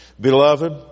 Beloved